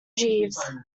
jeeves